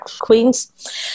queens